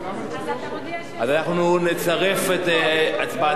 אז אנחנו נצרף גם את הצבעתך לפרוטוקול.